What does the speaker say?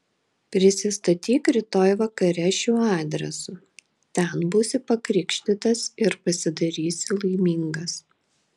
prisistatyk rytoj vakare šiuo adresu ten būsi pakrikštytas ir pasidarysi laimingas